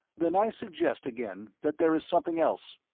then i suggest again that there is something else.